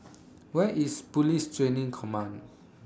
Where IS Police Training Command